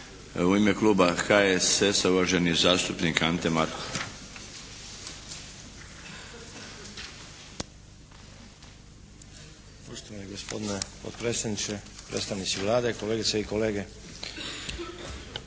U ime kluba HSS-a, uvaženi zastupnik Ante Markov.